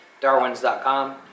Darwin's.com